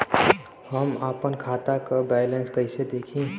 हम आपन खाता क बैलेंस कईसे देखी?